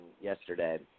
yesterday